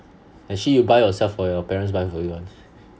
actually you buy yourself or your parents buy for you one